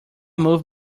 move